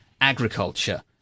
agriculture